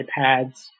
iPads